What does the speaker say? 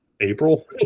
April